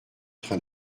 train